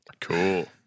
Cool